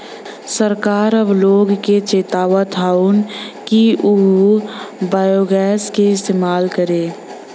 सरकार अब लोग के चेतावत हउवन कि उ बायोगैस क इस्तेमाल करे